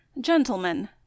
gentlemen